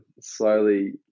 slowly